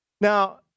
Now